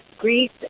Greece